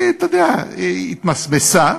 אתה יודע, התמסמסה,